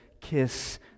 kiss